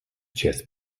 chess